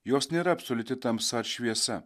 jos nėra absoliuti tamsaar šviesa